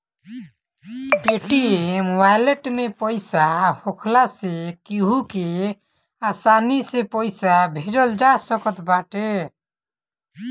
Paytm wallet में पईसा होखला से केहू के आसानी से पईसा भेजल जा सकत बाटे